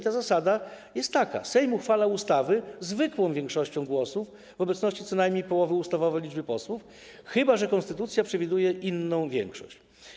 Ta zasada jest taka: Sejm uchwala ustawy zwykłą większością głosów w obecności co najmniej połowy ustawowej liczby posłów, chyba że konstytucja przewiduje inną większość.